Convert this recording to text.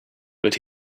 but